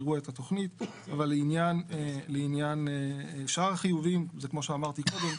יראו את התכנית אבל לעניין שאר החיובים זה כמו שאמרתי קודם,